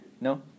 No